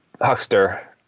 huckster